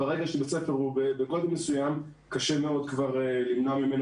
ברגע שבית ספר בגודל מסוים קשה מאוד כבר למנוע ממנו